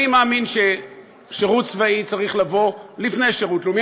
אני מאמין ששירות צבאי צריך לבוא לפני שירות לאומי,